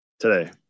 today